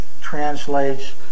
translates